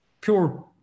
pure